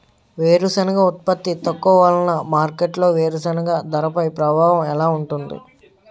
వేరుసెనగ ఉత్పత్తి తక్కువ వలన మార్కెట్లో వేరుసెనగ ధరపై ప్రభావం ఎలా ఉంటుంది?